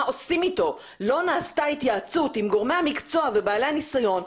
עושים איתו לא נעשתה התייעצות עם גורמי המקצוע ובעלי הניסיון,